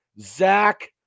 Zach